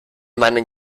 meinen